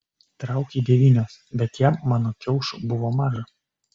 trauk jį devynios bet jam mano kiaušų buvo maža